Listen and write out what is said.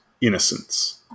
innocence